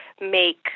make